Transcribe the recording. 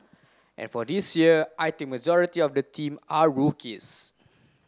and for this year I think majority of the team are rookies